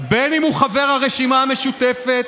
בין שהוא חבר הרשימה המשותפת,